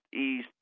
east